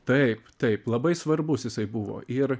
taip taip labai svarbus jisai buvo ir